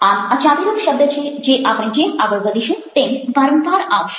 આમ આ ચાવીરૂપ શબ્દ છે જે આપણે જેમ આગળ વધીશું તેમ વારંવાર આવશે